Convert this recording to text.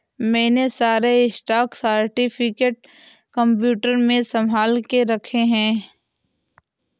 मैंने सारे stock certificate computer में संभाल के रखे हैं